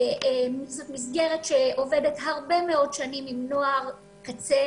זאת מסגרת שעובדת הרבה מאוד שנים עם נוער קצה,